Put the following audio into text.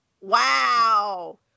wow